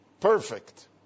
Perfect